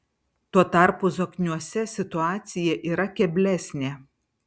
tuo tarpu zokniuose situacija yra keblesnė